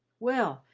well,